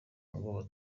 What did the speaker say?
ngo